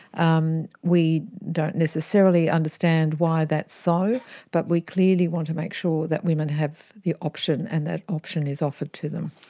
um we don't necessarily understand why that is so but we clearly want to make sure that women have the option and that option is offered to them.